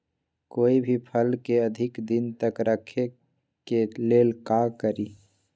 कोई भी फल के अधिक दिन तक रखे के लेल का करी?